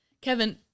Kevin